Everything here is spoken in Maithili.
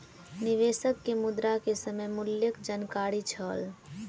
निवेशक के मुद्रा के समय मूल्यक जानकारी छल